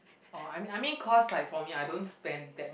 orh I mean I mean cause like for me I don't spend that